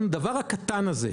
הדבר הקטן הזה,